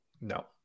no